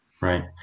Right